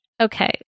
Okay